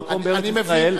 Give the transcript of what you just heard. במקום בארץ-ישראל,